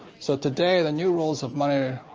so today, the new rules of money,